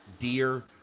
deer